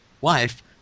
wife